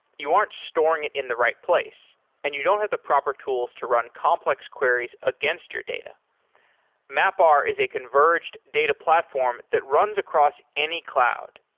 you aren't storing it in the right place and you don't have the proper tools to run complex queries against your data mapr is a converged data platform that runs across any cloud.